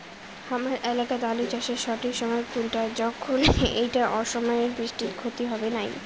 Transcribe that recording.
হামার এলাকাত আলু চাষের সঠিক সময় কুনটা যখন এইটা অসময়ের বৃষ্টিত ক্ষতি হবে নাই?